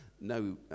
no